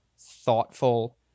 thoughtful